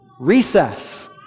recess